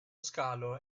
scalo